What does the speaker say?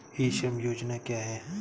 ई श्रम योजना क्या है?